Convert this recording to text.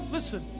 Listen